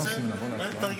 חשבתי שאתה עולה לענות.